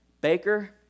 Baker